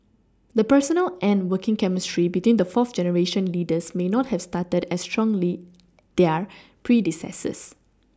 the personal and working chemistry between the fourth generation leaders may not have started as strongly their predecessors